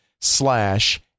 slash